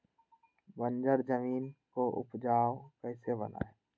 बंजर जमीन को उपजाऊ कैसे बनाय?